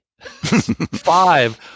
Five